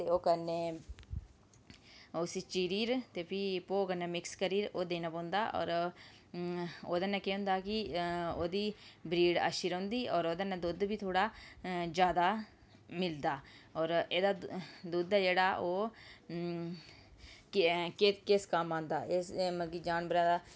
ओह् करने उसी चीरियै फ्ही उसी भौ कन्नै मिक्स करियै देना पौंदा ओह्दे कन्नै केह् होंदा कि ओह्दी ब्रीड़ अच्छी रौहंदी ते ओह्दे कन्नै दुद्ध बी थोह्ड़ा जादै मिलदा होर एह्दा दुद्ध जेह्ड़ा ओह् किस कम्म आंदा मतलब कि जानवर दा